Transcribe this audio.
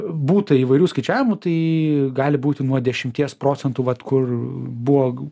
būtą įvairių skaičiavimų tai gali būti nuo dešimties procentų vat kur buvo